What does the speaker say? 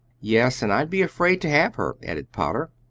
yes, and i'd be afraid to have her, added potter.